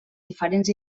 diferents